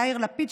יאיר לפיד,